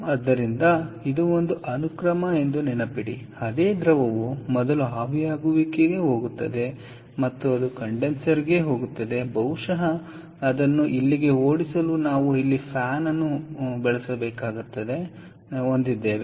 ಆದ್ದರಿಂದ ಇದು ಒಂದು ಅನುಕ್ರಮ ಎಂದು ನೆನಪಿಡಿ ಅದೇ ದ್ರವವು ಮೊದಲು ಆವಿಯಾಗುವಿಕೆಗೆ ಹೋಗುತ್ತದೆ ಮತ್ತು ಅದು ಕಂಡೆನ್ಸರ್ಗೆ ಹೋಗುತ್ತದೆ ಬಹುಶಃ ಅದನ್ನು ಇಲ್ಲಿಗೆ ಓಡಿಸಲು ನಾವು ಇಲ್ಲಿ ಫ್ಯಾನ್ ಅನ್ನು ಹೊಂದಿದ್ದೇವೆ